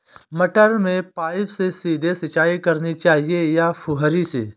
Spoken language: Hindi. मटर में पाइप से सीधे सिंचाई करनी चाहिए या फुहरी से?